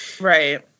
Right